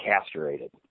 castrated